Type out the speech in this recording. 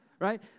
right